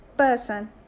Person